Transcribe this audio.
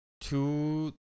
Two